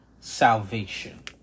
salvation